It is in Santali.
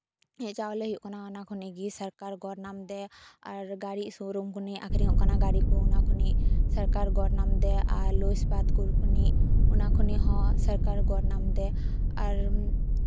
ᱪᱟᱣᱞᱮ ᱦᱩᱭᱩᱜ ᱠᱟᱱᱟ ᱚᱱᱟ ᱠᱷᱚᱱᱤᱜ ᱜᱮ ᱥᱚᱨᱠᱟᱨ ᱜᱚᱨᱱᱟᱢ ᱫᱮ ᱟᱨ ᱜᱟᱹᱲᱤ ᱥᱳᱨᱩᱢ ᱠᱷᱚᱱᱤᱜ ᱱᱤᱭᱟᱹ ᱠᱚ ᱟᱠᱷᱨᱤᱧᱚᱜ ᱠᱟᱱᱟ ᱜᱟᱹᱲᱤ ᱠᱚ ᱚᱱᱟ ᱠᱷᱚᱱᱤᱜ ᱟᱨ ᱥᱚᱨᱠᱟᱨ ᱜᱚᱨ ᱱᱟᱢ ᱫᱟᱭ ᱟᱨ ᱞᱳᱦᱚ ᱤᱥᱯᱟᱛ ᱠᱟᱨᱠᱷᱟᱹᱱᱤ ᱚᱱᱟ ᱠᱷᱚᱱᱤᱜ ᱦᱚᱸ ᱥᱚᱨᱠᱟᱨ ᱜᱚᱲ ᱱᱟᱢ ᱫᱟᱭ ᱟᱨ